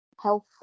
health